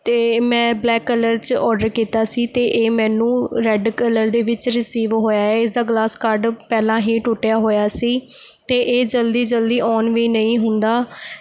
ਅਤੇ ਮੈਂ black colour 'ਚ ਔਰਡਰ ਕੀਤਾ ਸੀ ਅਤੇ ਇਹ ਮੈਨੂੰ ਰੈੱਡ ਕਲਰ ਦੇ ਵਿੱਚ ਰਿਸੀਵ ਹੋਇਆ ਏ ਇਸ ਦਾ ਗਲਾਸ ਕਾਰਡ ਪਹਿਲਾਂ ਹੀ ਟੁੱਟਿਆ ਹੋਇਆ ਸੀ ਅਤੇ ਇਹ ਜਲਦੀ ਜਲਦੀ ਓਨ ਵੀ ਨਹੀਂ ਹੁੰਦਾ